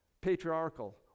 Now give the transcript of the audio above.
patriarchal